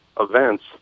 events